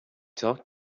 talk